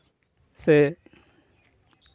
ᱥᱮ